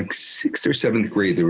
like sixth or seventh grade,